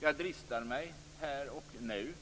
Jag dristar mig här och nu